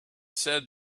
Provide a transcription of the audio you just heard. said